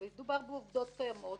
מדובר בעובדות קיימות.